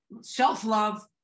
self-love